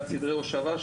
סדרי הושבה,